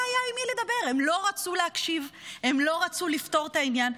הם לא רצו להקשיב, הם לא רצו לפתור את העניין.